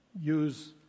use